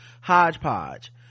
hodgepodge